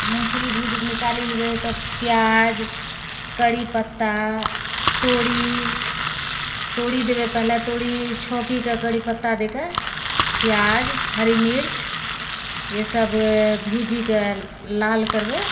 मूँगफली भुजिके निकालि लेबै तब प्याज करि पत्ता तोरी तोरी देबै पहले तोरी छौङ्किके करि पत्ता दैके प्याज हरि मिर्च ई सब भुजिके लाल करबै